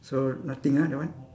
so nothing ah that one